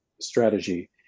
strategy